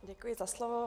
Děkuji za slovo.